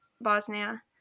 Bosnia